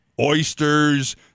Oysters